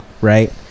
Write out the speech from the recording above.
right